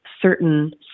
certain